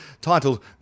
titled